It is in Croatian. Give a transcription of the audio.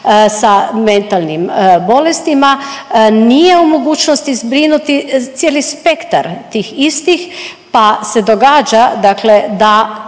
sa mentalnim bolestima, nije u mogućnosti zbrinuti cijeli spektar tih istih pa se događa dakle da